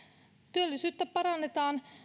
työllisyyttä parannetaan